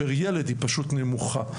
פר ילד היא פשוט נמוכה.